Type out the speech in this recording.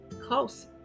close